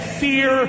fear